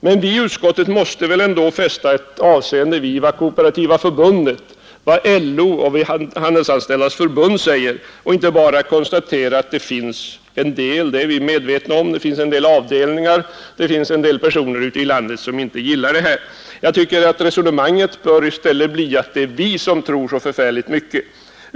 Men vi inom utskottsmajoriteten måste väl ändå fästa avseende vid vad KF, LO och Handelsanställdas förbund säger och kan inte bara konstatera att det finns en del avdelningar och personer ute i landet — det är vi medvetna om — som inte gillar det här. Jag tycker att resonemanget i stället bör bli att det är motionärerna som tror så förfärligt mycket.